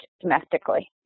domestically